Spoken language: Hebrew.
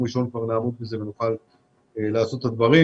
ראשון כבר נעמוד בזה ונוכל לעשות את הדברים.